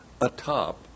atop